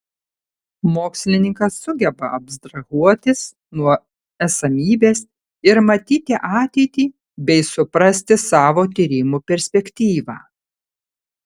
mokslininkas sugeba abstrahuotis nuo esamybės ir matyti ateitį bei suprasti savo tyrimų perspektyvą